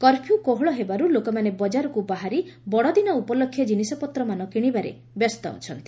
curfew କୋହଳ ହେବାରୁ ଲୋକମାନେ ବଜାରକୁ ବାହାରି ବଡ଼ଦିନ ଉପଲକ୍ଷେ ଜିନିଷପତ୍ରମାନ କିଶିବାରେ ବ୍ୟସ୍ତ ଅଛନ୍ତି